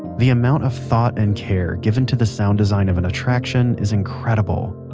the amount of thought and care given to the sound design of an attraction is incredible,